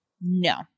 No